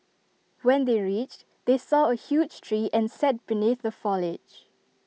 when they reached they saw A huge tree and sat beneath the foliage